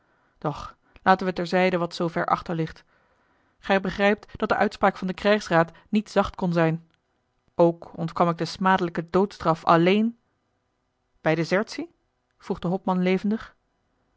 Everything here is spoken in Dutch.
doch laten we ter zijde wat zoo ver achter ligt gij begrijpt dat de uitspraak van den krijgsraad niet zacht kon zijn ook ontkwam ik de smadelijke doodstraf alleen bij desertie vroeg de hopman levendig